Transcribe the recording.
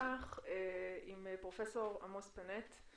נפתח עם פרופ' עמוס פנט,